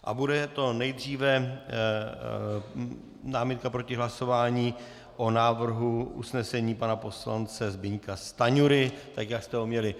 A bude to nejdříve námitka proti hlasování o návrhu usnesení pana poslance Zbyňka Stanjury tak, jak jste ho měli.